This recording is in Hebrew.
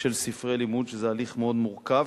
של ספרי לימוד, שזה הליך מאוד מורכב,